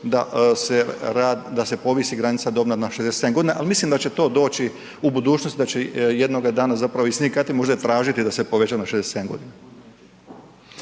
da se povisi granica dobna na 67 godina, ali mislim da će to doći u budućnosti, da će jednoga dana zapravo i sindikati tražiti da se poveća na 67 godina.